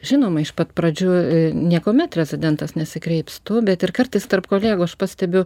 žinoma iš pat pradžių niekuomet rezidentas nesikreips tu bet ir kartais tarp kolegų aš pastebiu